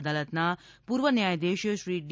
અદાલતના પૂર્વ ન્યાયાધીશ શ્રી ડી